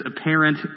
apparent